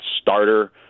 starter